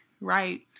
right